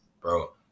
Bro